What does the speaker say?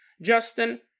Justin